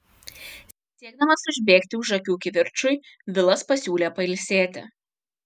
siekdamas užbėgti už akių kivirčui vilas pasiūlė pailsėti